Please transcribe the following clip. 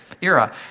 era